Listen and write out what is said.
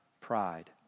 pride